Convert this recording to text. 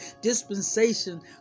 dispensation